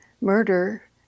murder